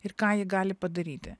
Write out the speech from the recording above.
ir ką ji gali padaryti